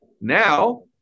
Now